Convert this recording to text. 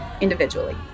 individually